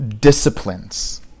disciplines